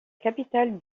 capitale